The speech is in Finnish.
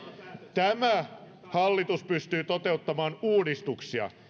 tämä hallitus pystyy toteuttamaan uudistuksia